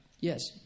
yes